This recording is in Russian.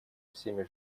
всеми